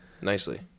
nicely